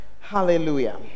Hallelujah